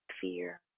fear